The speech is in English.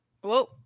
Whoa